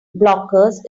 blockers